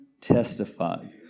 testified